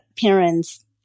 parents